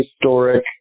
historic